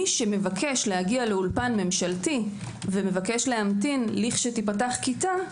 מי שמבקש להגיע לאולפן ממשלתי ולהמתין לכשתיפתח כיתה,